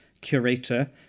curator